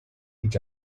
each